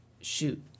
shoot